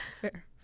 fair